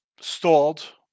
stalled